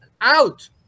out